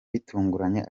bitunguranye